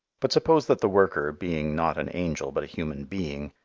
but suppose that the worker, being not an angel but a human being,